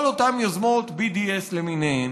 כל אותן יוזמות BDS למיניהן